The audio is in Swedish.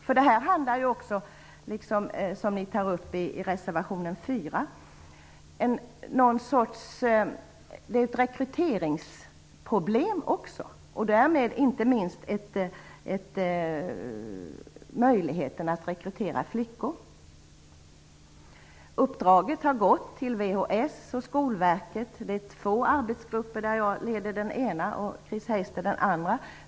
Som man säger i reservation 4 är detta också ett rekryteringsproblem, inte minst ett problem att rekrytera flickor. Uppdraget har gått till VHS och Skolverket. Det finns två arbetsgrupper. Jag leder den ena och Chris Heister den andra.